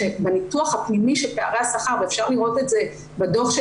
בניתוח הפנימי של פערי השכר ואפשר לראות את זה בדו"ח של